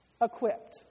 equipped